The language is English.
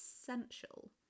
essential